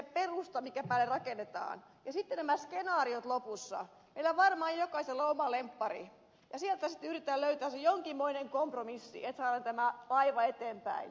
sitten kun täällä on nämä skenaariot lopussa ja meillä varmaan jokaisella on oma lemppari niin sieltä sitten yritetään löytää jonkinmoinen kompromissi että saadaan tämä laiva eteenpäin